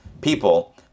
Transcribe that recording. people